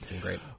Great